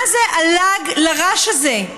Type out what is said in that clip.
מה זה הלעג לרש הזה?